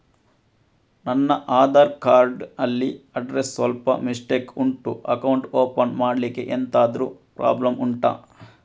ನನ್ನ ಆಧಾರ್ ಕಾರ್ಡ್ ಅಲ್ಲಿ ಅಡ್ರೆಸ್ ಸ್ವಲ್ಪ ಮಿಸ್ಟೇಕ್ ಉಂಟು ಅಕೌಂಟ್ ಓಪನ್ ಮಾಡ್ಲಿಕ್ಕೆ ಎಂತಾದ್ರು ಪ್ರಾಬ್ಲಮ್ ಉಂಟಾ